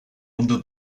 under